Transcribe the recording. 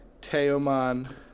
Teoman